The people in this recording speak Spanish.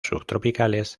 subtropicales